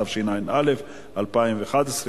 התשע"א 2011,